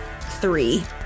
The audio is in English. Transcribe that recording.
three